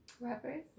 Rappers